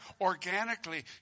organically